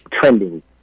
trending